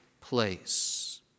place